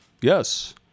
Yes